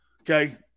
Okay